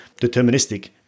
deterministic